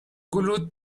گولتون